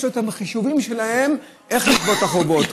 יש להם את החישובים שלהם איך לגבות את החובות,